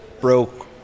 broke